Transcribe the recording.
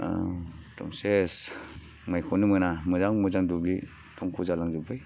एकदम सेस माइखौनो मोना मोजां मोजां दुब्लि धंस' जालां जोब्बाय